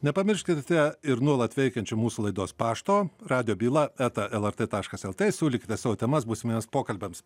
nepamirškite ir nuolat veikiančio mūsų laidos pašto radijo byla eta lrt taškas lt siūlykite savo temas būsimiems pokalbiams